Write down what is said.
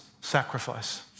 sacrifice